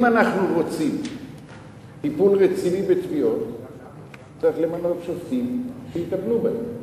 אם אנחנו רוצים טיפול רציני בתביעות צריך למנות שופטים שיטפלו בהן.